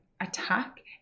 attack